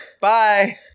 Bye